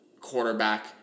quarterback